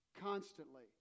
constantly